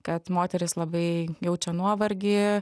kad moterys labai jaučia nuovargį